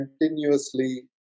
continuously